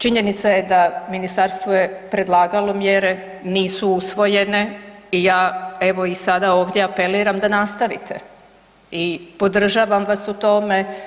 Činjenica je da je ministarstvo predlagalo mjere, nisu usvojene i ja evo sada ovdje i apeliram da nastavite i podržavam vas u tome.